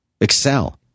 Excel